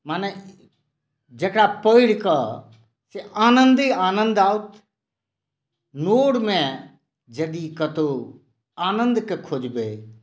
माने जेकरा पढ़िकेँ जे आनन्दे आनन्दे आओत नोरमे यदि कतौ आनन्दके खोजबै